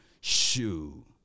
shoo